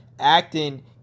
acting